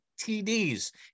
TDs